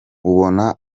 ubona